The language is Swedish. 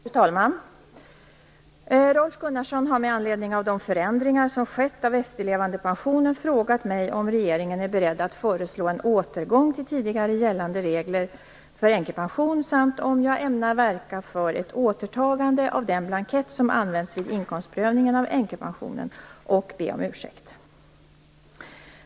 Fru talman! Rolf Gunnarsson har, med anledning av de förändringar som skett av efterlevandepensionen, frågat mig om regeringen är beredd att föreslå en återgång till tidigare gällande regler för änkepension samt om jag ämnar verka för ett återtagande av den blankett som använts vid inkomstprövningen av änkepensionen och be om ursäkt.